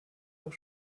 auch